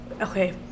okay